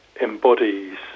embodies